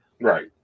Right